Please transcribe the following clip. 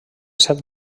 set